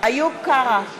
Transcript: איוב קרא,